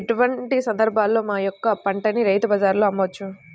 ఎటువంటి సందర్బాలలో మా యొక్క పంటని రైతు బజార్లలో అమ్మవచ్చు?